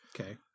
Okay